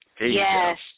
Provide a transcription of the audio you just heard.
Yes